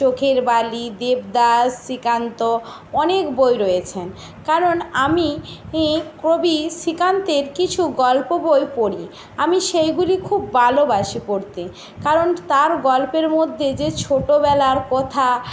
চোখের বালি দেবদাস শ্রীকান্ত অনেক বই রয়েছে কারণ আমি ই কবি শ্রীকান্তের কিছু গল্প বই পড়ি আমি সেইগুলি খুব ভালোবাসি পড়তে কারণ তার গল্পের মধ্যে যে ছোটবেলার কথা